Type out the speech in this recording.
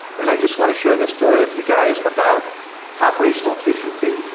and i just want to share this story with you guys about operational efficiency,